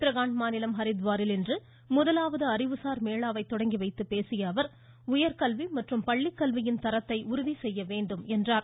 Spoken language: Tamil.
உத்தரகாண்ட் மாநிலம் ஹரித்துவாரில் இன்று முதலாவது அறிவுசார் மேளாவை தொடங்கி வைத்துப் பேசிய அவர் உயர்கல்வி மற்றும் பள்ளிக்கல்வியின் தரத்தை உறுதி செய்ய வேண்டும் என்றார்